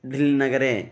डिल्नगरे